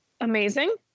amazing